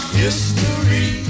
history